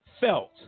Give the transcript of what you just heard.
felt